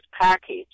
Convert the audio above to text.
package